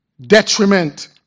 detriment